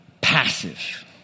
passive